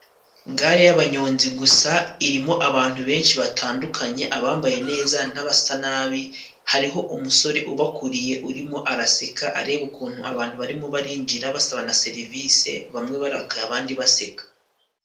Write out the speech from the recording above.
Gare y'abanyonzi gusa irimo abantu benshi batandukanye, abambaye neza n'abasa nabi, hariho umusore ubakuriye urimo araseka, areba ukuntu abantu barimo barinjira basaba na serivise bamwe barakaye abandi baseka.